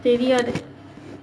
தெரியாது:theriyaathu